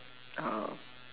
uh